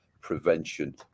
prevention